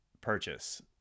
purchase